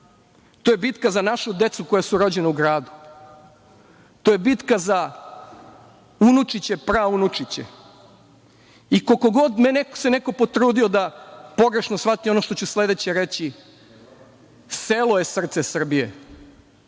to je bitka za našu decu koja su rođena u gradu. To je bitka za unučiće i praunučiće. Koliko god se neko potrudio da pogrešno shvati ono što ću sledeće reći, ali selo je srce Srbije.